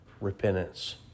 repentance